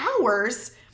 hours